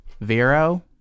vero